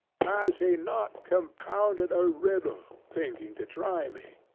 has he not compounded a riddle, thinking to try me?